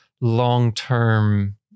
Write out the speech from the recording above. long-term